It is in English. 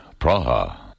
Praha